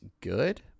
good